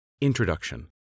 Introduction